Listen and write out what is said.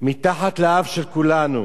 מתחת לאף של כולנו.